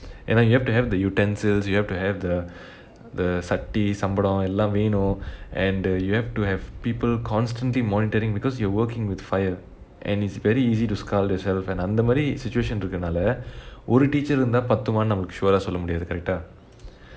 and then you have to have the utensils you have to have the the சட்டி சம்படம் எல்லா வேனும்:satti sambadam ellaa venum and uh you have to have people constantly monitoring because you are working with fire and it's very easy to scald yourself and அந்த மாதிரி:antha maathiri situation இருக்கனாளே ஒரு:irukanaalae oru teacher இருந்தா பத்துமா நமக்கு:iruntha pathumaa namakku sure ah சொல்ல முடியாது:solla mudiyaathu correct ah